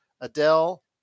Adele